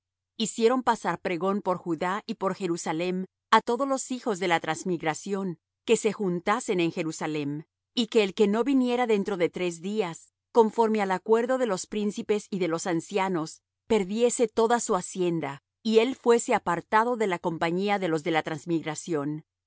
hicieron pasar pregón por judá y por jerusalem á todos los hijos de la transmigración que se juntasen en jerusalem y que el que no viniera dentro de tres días conforme al acuerdo de los príncipes y de los ancianos perdiese toda su hacienda y él fuese apartado de la compañía de los de la transmigración así